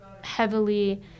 heavily